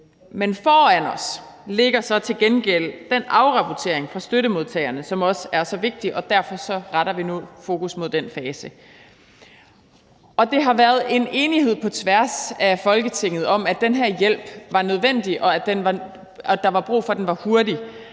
Men foran os ligger så til gengæld den afrapportering fra støttemodtagerne, som også er så vigtig, og derfor retter vi nu fokus mod den fase. Der har været enighed på tværs af Folketinget om, at den her hjælp var nødvendig, og at der var brug for, at den var hurtig.